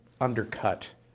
undercut